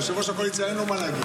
אחד נגד.